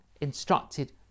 instructed